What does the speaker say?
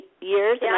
years